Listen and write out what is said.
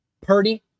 Purdy